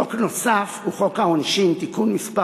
חוק נוסף הוא חוק העונשין (תיקון מס'